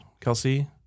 Kelsey